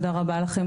תודה רבה לכם.